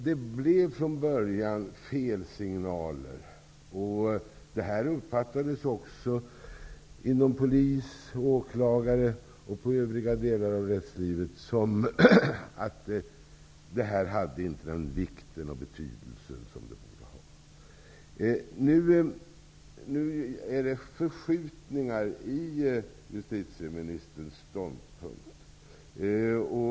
Det gavs från början fel signaler, och det uppfattades hos polis, åklagare och i övriga delar av rättslivet som att ekobrott inte hade den vikt och betydelse de borde ha. Det finns nu förskjutningar i justitieministerns ståndpunkt.